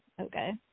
okay